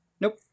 Nope